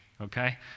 okay